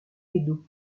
edo